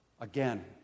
Again